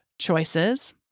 choices